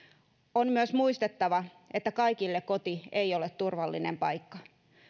on myös muistettava että kaikille koti ei ole turvallinen paikka